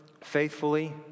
faithfully